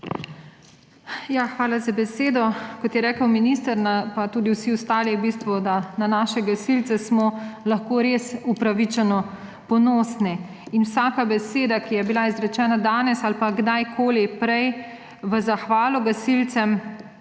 Hvala za besedo. Kot je rekel minister, pa tudi vsi ostali, smo na naše gasilce lahko res upravičeno ponosni. Vsaka beseda, ki je bila izrečena danes ali pa kdajkoli prej v zahvalo gasilcem,